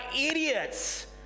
idiots